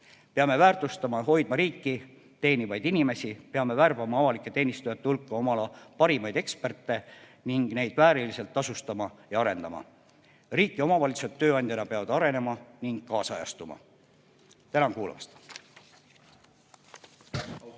Peame väärtustama ja hoidma riiki teenivaid inimesi, peame värbama avalike teenistujate hulka oma ala parimaid eksperte ning neid vääriliselt tasustama ja arendama. Riik ja omavalitsused tööandjana peavad arenema ning kaasajastuma. Tänan kuulamast!